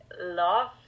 love